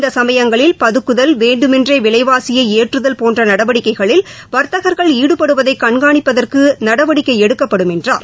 இந்தசமயங்களில் பதுக்குதல் வேண்டுமென்றேவிலைவாசியைஏற்றுதல் போன்றநடவடிக்கைகளில் வர்த்தகர்கள் ஈடுபடுவதைகண்காணிப்பதற்குநடவடிக்கைஎடுக்கப்படும் என்றார்